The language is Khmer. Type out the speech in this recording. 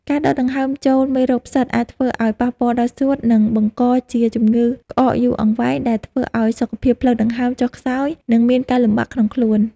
ការដកដង្ហើមចូលមេរោគផ្សិតអាចធ្វើឱ្យប៉ះពាល់ដល់សួត និង បង្កជាជំងឺក្អកយូរអង្វែងដែលធ្វើឱ្យសុខភាពផ្លូវដង្ហើមចុះខ្សោយ និង មានការលំបាកក្នុងខ្លួន។